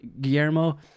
Guillermo